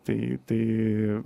tai tai